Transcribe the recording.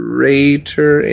Greater